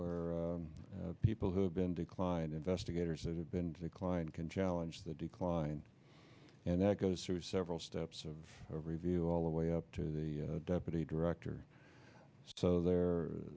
where people who have been declined investigators who have been declined can challenge the decline and that goes through several steps of review all the way up to the deputy director so there